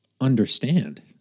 understand